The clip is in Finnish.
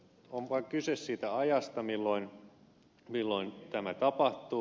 on vain kyse siitä ajasta milloin tämä tapahtuu